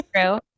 True